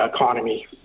economy